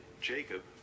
Jacob